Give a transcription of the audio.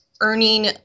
earning